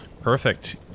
Perfect